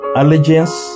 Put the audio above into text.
allegiance